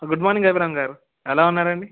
good morning హెబ్రోన్గారు ఎలా ఉన్నారండి